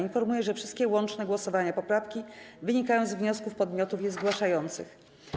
Informuję, że wszystkie łączne głosowania nad poprawkami wynikają z wniosków podmiotów je zgłaszających.